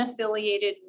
unaffiliated